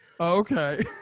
Okay